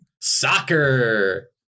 soccer